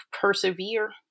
persevere